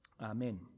Amen